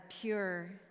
pure